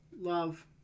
Love